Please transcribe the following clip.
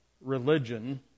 religion